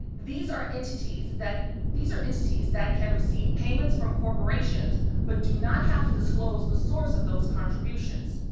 these are entities that these are entities that can receive payments from corporations but do not have to disclose the source of those contributions.